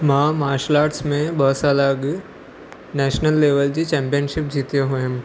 मां martial arts में ॿ साल अॻु नैशनल लेवल जी चैम्पियनशिप जीतियो हुयमि